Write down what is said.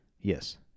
Yes